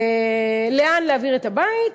לאן להעביר את הבית?